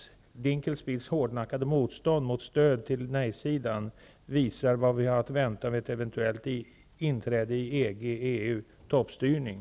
Ulf Dinkelspiels hårdnackade motstånd mot stöd till nejsidan visar vad vi har att vänta vid ett eventuellt inträde i EG/EU, nämligen toppstyrning.